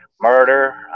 Murder